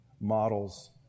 models